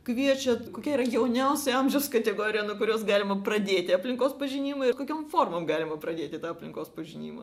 kviečia kokia yra jauniausia amžiaus kategorija nuo kurios galima pradėti aplinkos pažinimą ir kokiom formom galima pradėti tą aplinkos pažinimą